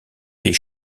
fait